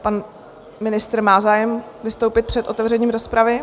Pan ministr má zájem vystoupit před otevřením rozpravy?